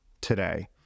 today